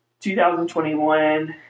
2021